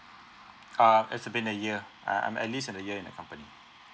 err it's uh been a year uh I'm at least a year in the company